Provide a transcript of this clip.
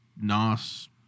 NOS